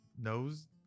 nose